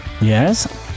yes